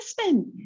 husband